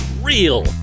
real